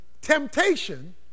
temptation